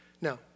Now